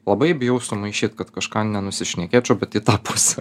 labai bijau sumaišyt kad kažką nenusišnekėčiau bet į tą pusę